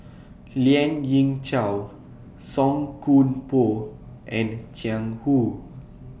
Lien Ying Chow Song Koon Poh and Jiang Hu